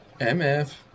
Mf